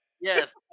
yes